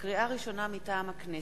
לקריאה ראשונה, מטעם הכנסת: